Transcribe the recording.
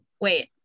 wait